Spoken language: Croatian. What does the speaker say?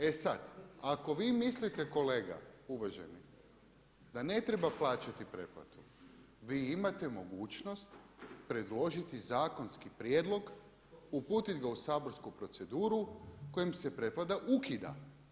E sad, ako vi mislite kolega uvaženi da ne treba plaćati pretplatu vi imate mogućnost predložiti zakonski prijedlog, uputit ga u saborsku proceduru u kojem se pretplata ukida.